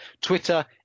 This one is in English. Twitter